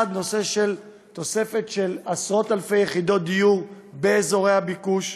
הנושא של תוספת של עשרות-אלפי יחידות דיור באזורי הביקוש,